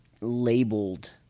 labeled